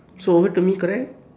so over to me correct